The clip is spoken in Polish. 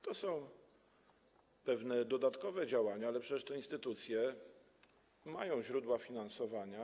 To są pewne dodatkowe działania, ale przecież te instytucje mają źródła finansowania.